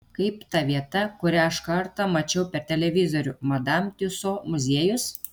kaip ta vieta kurią aš kartą mačiau per televizorių madam tiuso muziejus